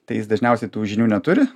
tai jis dažniausiai tų žinių neturi